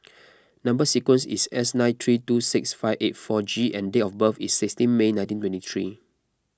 Number Sequence is S nine three two six five eight four G and date of birth is sixteen May nineteen twentythree